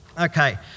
Okay